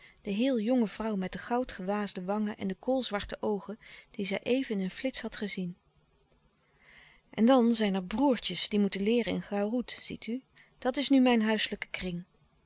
de heel jonge vrouw met de goudgewaasde wangen en de koolzwarte oogen die zij even in een flits had gezien en dan zijn er broêrtjes die moeten leeren in garoet ziet u dat is nu mijn huiselijke kring